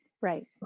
Right